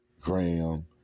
Graham